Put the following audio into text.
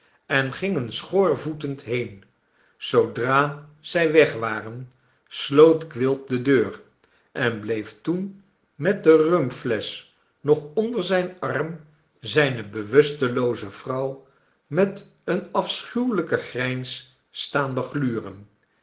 en gingen schoorvoetend heen zoodra zij weg waren sloot quilp de deur en bleef toen met de rumflesch nog onder zijn arm zijne bewustelooze vrouw met een afschuwelijken grijns staan begluren